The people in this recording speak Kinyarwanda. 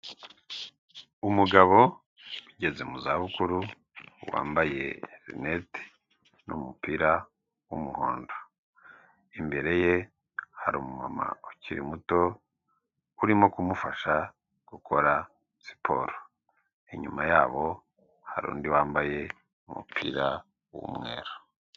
Umugabo ugeze mu zabukuru wambaye linete n'umupira w'umuhondo .Imbere ye hari umumama ukiri muto urimo kumufasha gukora siporo. Inyuma yabo hari undi wambaye umupira w'umweru.